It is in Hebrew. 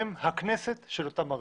הן הכנסת של אותן ערים.